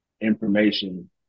information